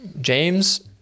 James